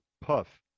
puff